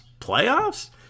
playoffs